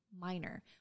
minor